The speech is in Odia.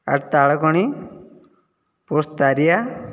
at Talakani post Taria